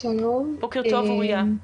בוקר טוב, אוריה.